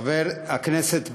חבר הכנסת ברושי,